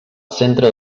centre